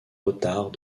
retard